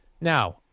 Now